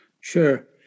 sure